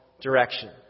direction